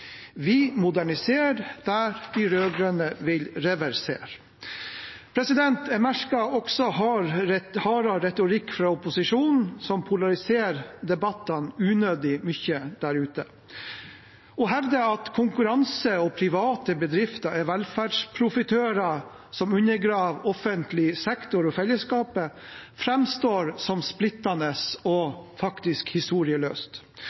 Vi moderniserer der de rød-grønne vil reversere. Jeg merker også hardere retorikk fra opposisjonen, som polariserer debattene unødig mye der ute. Å hevde at private bedrifter er velferdsprofitører, og at de og konkurranse undergraver offentlig sektor og fellesskapet, framstår som splittende og historieløst.